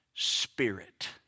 Spirit